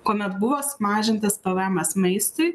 kuomet buvo sumažintas pvmas maistui